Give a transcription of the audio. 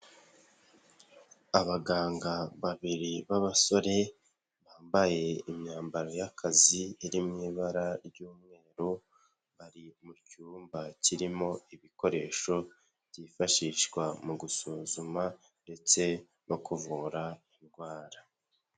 Abaganga babiri b'abasore, bambaye imyambaro y'akazi iriwi ibara ry'umweru, bari mu cyumba kirimo ibikoresho byifashishwa mu gusuzuma ndetse no kuvura indwara.